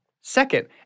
Second